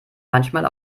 manchmal